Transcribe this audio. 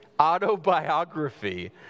autobiography